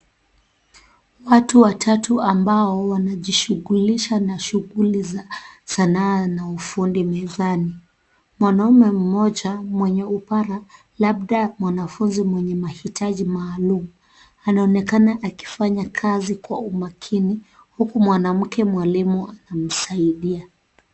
Watu watatu ambao wanajishughulisha na shughuli za sanaa na ufundi mezani. Mwanamume mmoja, mwenye upara labda mwanafunzi mwenye mahitaji maalumu, anaonekana akifanya kazi kwa umakini, huku mwanamke mwalimu anamsaidia.